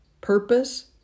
purpose